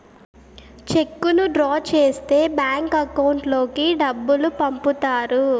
చెక్కును డ్రా చేస్తే bank account లోకి డబ్బులు పంపుతారు